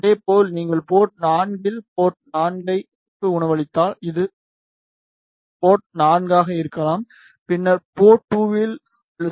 இதேபோல் நீங்கள் போர்ட் 4 இல் போர்ட் 4 க்கு உணவளித்தால் இது போர்ட் 4 ஆக இருக்கலாம் பின்னர் போர்ட் 2 இல் உள்ள சக்தி மிகவும் குறைவாக இருக்கும்